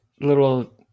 Little